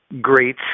great